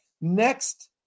Next